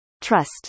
trust